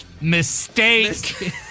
Mistake